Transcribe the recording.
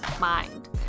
mind